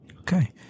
Okay